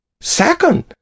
Second